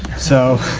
so